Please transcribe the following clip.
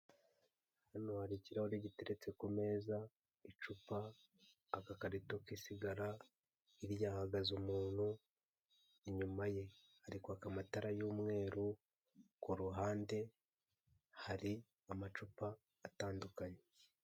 Hnao hari ikirahure giteretse ku meza, icupa, agakarito k'isigara, hirya hahagaze umuntu, inyuma ye hari kwaka amatara y'umweru, ku ruhande hari amacupa atandukanye.